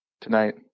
tonight